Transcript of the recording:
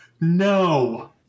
no